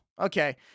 Okay